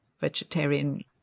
vegetarian